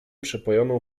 przepojoną